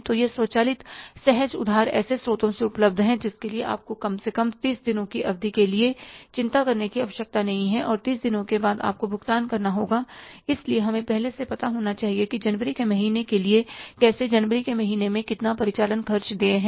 तो यह स्वचालित सहज उधार ऐसे स्रोतों से उपलब्ध है जिसके लिए आपको कम से कम 30 दिनों की अवधि के लिए चिंता करने की आवश्यकता नहीं है और 30 दिनों के बाद आपको भुगतान करना होगा इसलिए हमें पहले से पता होना चाहिए कि जनवरी के महीने के लिए कैसे जनवरी के महीने में कितना परिचालन खर्च देय है